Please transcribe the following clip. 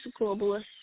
globalist